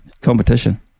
competition